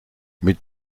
mit